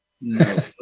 no